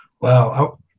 Wow